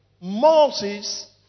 Moses